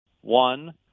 One